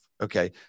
Okay